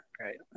Right